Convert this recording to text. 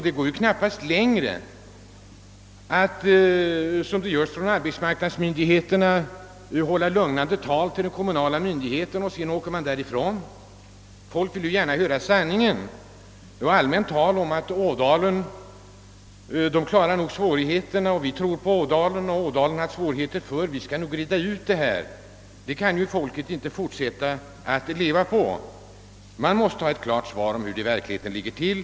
Det går knappast längre att, som arbetsmarknadsmyndigheterna gör, hålla lugnande tal till de kommunala myndigheterna och sedan åka därifrån. Folk vill gärna höra sanningen och inte allmänt tal om att Ådalen nog klarar svårigheterna, att vi tror på Ådalen, att vi skall reda ut det här 0. s. v. Folket kan inte fortsätta att leva på sådana uppgifter utan måste ha klara besked om hur det i verkligheten ligger till.